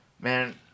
man